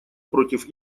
против